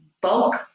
bulk